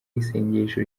y’isengesho